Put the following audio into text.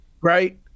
Right